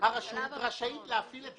הרשות רשאית להפעיל את